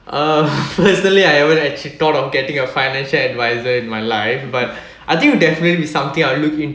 uh personally I haven't actually thought of getting a financial advisor in my life but I think it'll definitely be something I look into